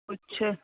ਅੱਛਾ